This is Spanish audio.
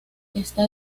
está